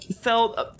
felt